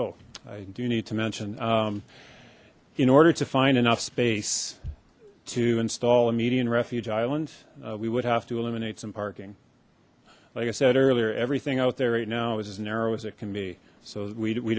oh i do need to mention in order to find enough space to install a median refuge island we would have to eliminate some parking like i said earlier everything out there right now is as narrow as it can be so we